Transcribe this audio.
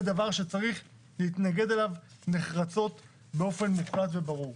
זה דבר שצריך להתנגד אליו נחרצות באופן מוחלט וברור.